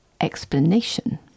explanation